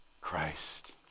Christ